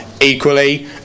equally